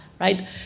right